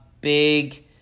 big